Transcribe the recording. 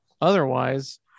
otherwise